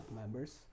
members